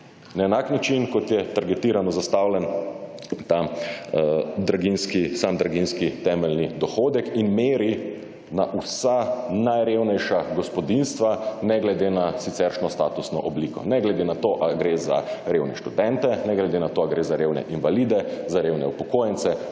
Na enak način kot je targetirano zastavljen ta sam draginjski temeljni dohodek in meri na vsa najrevnejša gospodinjstva ne glede na siceršnjo statusno obliko. Ne glede na to ali gre za revne študente, ne glede na to ali gre za revne invalide, za revne upokojence